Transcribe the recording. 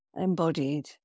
embodied